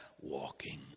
walking